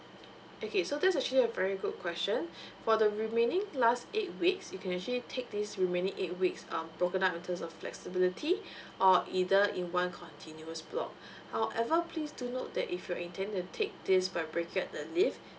okay so that's actually a very good question for the remaining last eight weeks you can actually take this remaining eight weeks um broken up in terms of flexibility or either in one continuous block however please do note that if you're intending to take this by bracket the leave